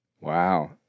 Wow